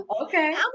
Okay